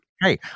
Hey